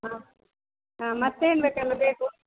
ಹಾಂ ಹಾಂ ಮತ್ತೇನು ಬೇಕೆಲ್ಲ ಬೇಕು